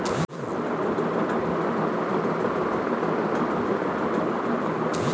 পদ্ম, শাপলার মত জলজ উদ্ভিদকে অ্যাকোয়াটিক প্ল্যান্টস বলা হয়